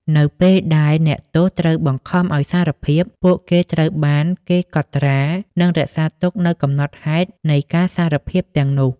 នៅពេលដែលអ្នកទោសត្រូវបានបង្ខំឱ្យសារភាព ពួកគេត្រូវបានគេកត់ត្រានិងរក្សាទុកនូវកំណត់ហេតុនៃការសារភាពទាំងនោះ។